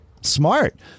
Smart